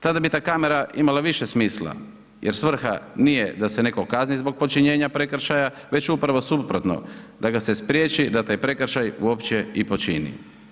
Tada bi ta kamera imala više smisla jer svrha nije da se nekog kazni zbog počinjenja prekršaja, već upravo suprotno, da ga se spriječi da taj prekršaj uopće i počini.